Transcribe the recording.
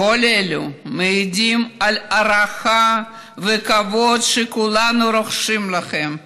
כל אלו מעידים על ההערכה והכבוד שכולנו רוחשים לכם,